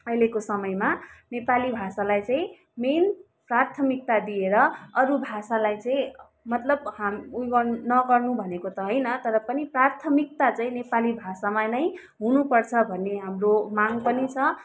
अहिलेको समयमा नेपाली भाषालाई चाहिँ मेन प्राथमिकता दिएर अरू भाषालाई चाहिँ मतलब उयो गर्नु नगर्नु भनेको त होइन तर पनि प्राथमिकता चाहिँ नेपाली भाषामा नै हुनु पर्छ भन्ने हाम्रो माग पनि छ